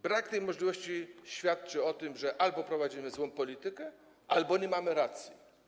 Brak tej możliwości świadczy o tym, że albo prowadzimy złą politykę, albo nie mamy racji.